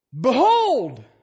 Behold